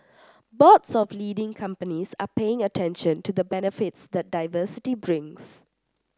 boards of leading companies are paying attention to the benefits that diversity brings